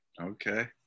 Okay